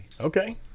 Okay